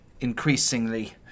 increasingly